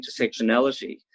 intersectionality